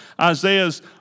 Isaiah's